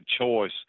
choice